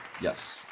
Yes